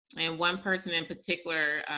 and one person in particular,